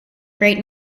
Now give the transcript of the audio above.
great